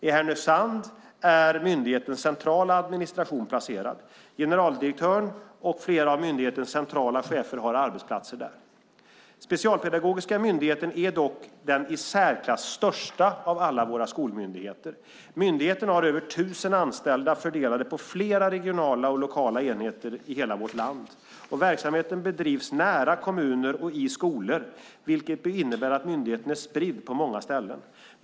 I Härnösand är myndighetens centrala administration placerad. Generaldirektören och flera av myndighetens centrala chefer har arbetsplatser där. Specialpedagogiska skolmyndigheten är dock den i särklass största av alla våra skolmyndigheter. Myndigheten har över tusen anställda fördelade på flera regionala och lokala enheter i hela vårt land. Verksamheten bedrivs nära kommuner och i skolor, vilket innebär att myndigheten är spridd på många ställen.